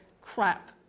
crap